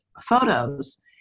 photos